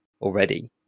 already